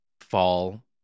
fall